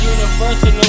Universal